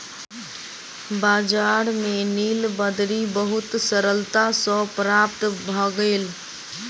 बजार में नीलबदरी बहुत सरलता सॅ प्राप्त भ गेल